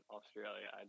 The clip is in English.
Australia